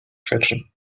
quetschen